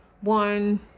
one